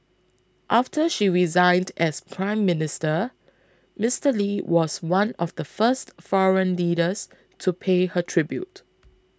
after she resigned as Prime Minister Mister Lee was one of the first foreign leaders to pay her tribute